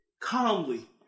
calmly